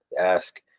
ask